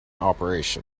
operation